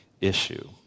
issue